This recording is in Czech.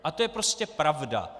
A to je prostě pravda.